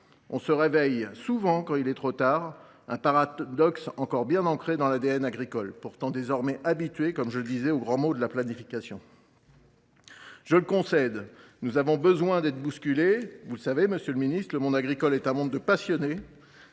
On se réveille souvent quand il est trop tard : un paradoxe encore bien ancré dans l’ADN des agriculteurs, pourtant désormais habitués, comme je le disais, au grand mot de « planification ». Je le concède, nous avons besoin d’être bousculés. Vous le savez, monsieur le ministre, le monde agricole est un monde de passionnés